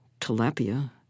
tilapia